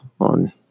on